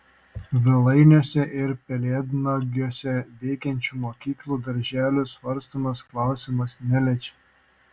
vilainiuose ir pelėdnagiuose veikiančių mokyklų darželių svarstomas klausimas neliečia